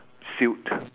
silt